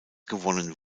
gewonnen